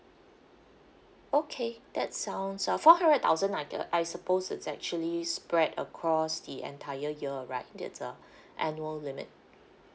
okay that sounds uh four hundred thousand like uh I suppose it's actually spread across the entire year right it's a annual limit